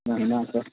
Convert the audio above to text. আছে